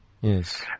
Yes